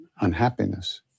unhappiness